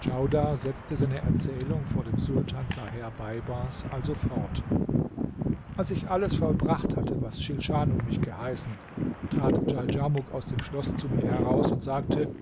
djaudar setzte seine erzählung vor dem sultan zaher beibars also fort als ich alles vollbracht hatte was schilschanum mich geheißen trat djaldjamuk aus dem schloß zu mir heraus und sagte